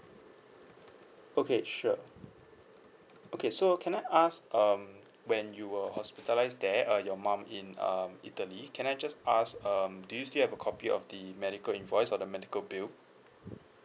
okay sure okay so can I ask um when you were hospitalised there uh your mum in um italy can I just ask um do you still have a copy of the medical invoice or the medical bill